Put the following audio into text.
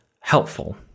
helpful